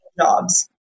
jobs